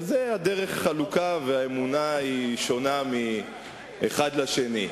על זה הדרך חלוקה והאמונה שונה מאחד לשני,